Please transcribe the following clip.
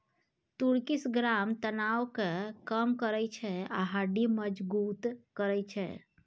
तुर्किश ग्राम तनाब केँ कम करय छै आ हड्डी मजगुत करय छै